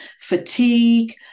fatigue